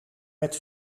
met